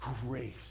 grace